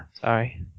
sorry